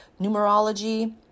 Numerology